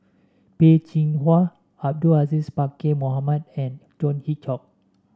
Peh Chin Hua Abdul Aziz Pakkeer Mohamed and John Hitchcock